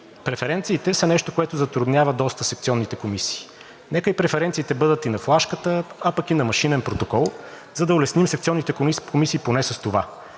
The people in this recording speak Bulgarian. Преференциите са нещо, което затруднява доста секционни комисии. Нека преференциите бъдат и на флашката, а пък и на машинен протокол, за да улесним секционните комисии поне с това.